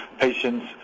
patients